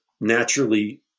naturally